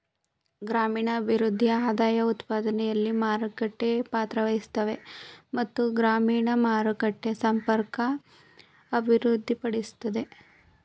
ಗ್ರಾಮೀಣಭಿವೃದ್ಧಿ ಆದಾಯಉತ್ಪಾದನೆಲಿ ಮಾರುಕಟ್ಟೆ ಪಾತ್ರವಹಿಸುತ್ವೆ ಮತ್ತು ಗ್ರಾಮೀಣ ಮಾರುಕಟ್ಟೆ ಸಂಪರ್ಕ ಅಭಿವೃದ್ಧಿಪಡಿಸ್ತದೆ